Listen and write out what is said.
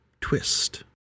twist